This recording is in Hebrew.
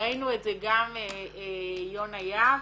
ראינו את זה גם עם יונה יהב